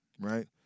right